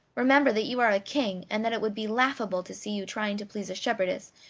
remember that you are a king, and that it would be laughable to see you trying to please a shepherdess,